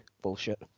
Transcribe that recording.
bullshit